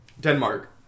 Denmark